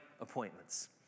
appointments